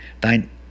thine